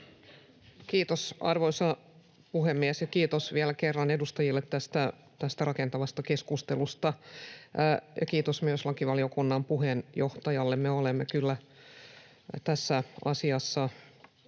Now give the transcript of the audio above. Kiitos, arvoisa puhemies! Ja kiitos vielä kerran edustajille tästä rakentavasta keskustelusta. Kiitos myös lakivaliokunnan puheenjohtajalle. Me olemme kyllä tässä asiassa